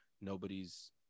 nobody's